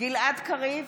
גלעד קריב,